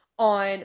On